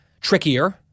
trickier